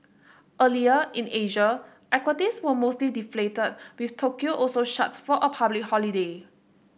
earlier in Asia equities were mostly deflated with Tokyo also shut for a public holiday